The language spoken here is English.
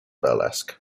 burlesque